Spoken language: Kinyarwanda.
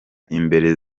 imbere